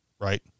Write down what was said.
right